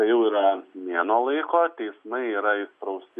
tai yra mėnuo laiko teismai yra įsprausti